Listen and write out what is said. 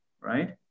right